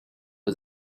was